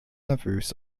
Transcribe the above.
nervös